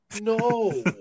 No